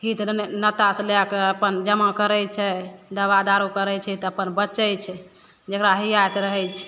हित नातासे लैके अपन जमा करै छै दवा दारू करै छै तऽ अपन बचै छै जकरा हिआके रहै छै